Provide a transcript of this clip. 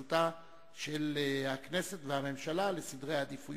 בהתייחסות של הכנסת ושל הממשלה לסדרי העדיפויות.